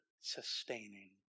sustaining